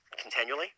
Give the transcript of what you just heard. continually